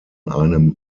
einem